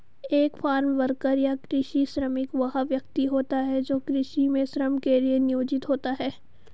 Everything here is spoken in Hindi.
एक फार्म वर्कर या कृषि श्रमिक वह व्यक्ति होता है जो कृषि में श्रम के लिए नियोजित होता है